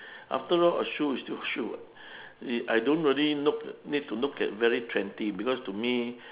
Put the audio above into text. afterall a shoe is still a shoe [what] I don't really look need to look at very trendy because to me